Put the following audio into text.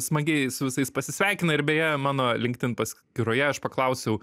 smagiai su visais pasisveikina ir beje mano linkedin paskyroje aš paklausiau